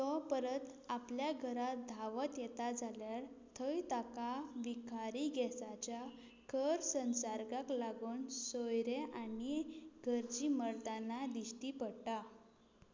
तो परत आपल्या घरा धावत येता जाल्यार थंय ताका विखारी गॅसाच्या खर संसार्गाक लागून सोयरे आनी घरची मरतना दिश्टी पडटात